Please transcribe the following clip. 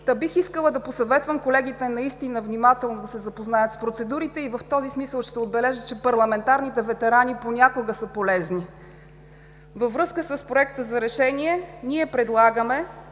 Бих искала да посъветвам колегите внимателно да се запознаят с процедурите и в този смисъл ще отбележа, че парламентарните ветерани понякога са полезни. Във връзка с Проекта за решение ние предлагаме